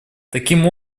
таким